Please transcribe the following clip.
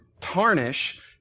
tarnish